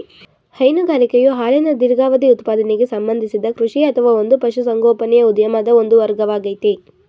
ಹೈನುಗಾರಿಕೆಯು ಹಾಲಿನ ದೀರ್ಘಾವಧಿ ಉತ್ಪಾದನೆಗೆ ಸಂಬಂಧಿಸಿದ ಕೃಷಿ ಅಥವಾ ಒಂದು ಪಶುಸಂಗೋಪನೆಯ ಉದ್ಯಮದ ಒಂದು ವರ್ಗವಾಗಯ್ತೆ